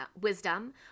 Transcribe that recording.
wisdom